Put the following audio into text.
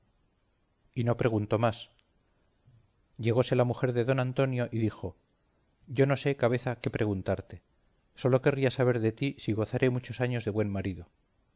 y no preguntó más llegóse la mujer de don antonio y dijo yo no sé cabeza qué preguntarte sólo querría saber de ti si gozaré muchos años de buen marido